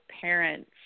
parents